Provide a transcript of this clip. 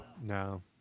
No